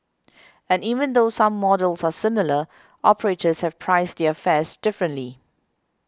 and even though some models are similar operators have priced their fares differently